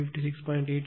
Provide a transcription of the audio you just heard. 8 ஆகும்